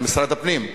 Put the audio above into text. למשרד הפנים.